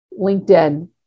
LinkedIn